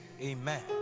Amen